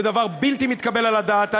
זה דבר בלתי מתקבל על הדעת.